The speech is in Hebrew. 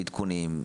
בעדכונים,